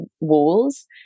walls